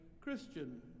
Christian